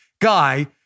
guy